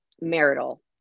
marital